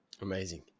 Amazing